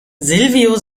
silvio